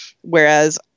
whereas